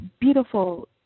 beautiful